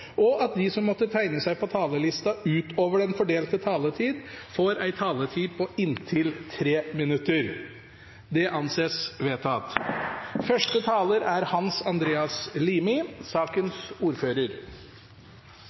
og at de som måtte tegne seg på talerlisten utover den fordelte taletid, får en taletid på inntil 3 minutter. – Det anses vedtatt.